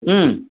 ಹ್ಞೂ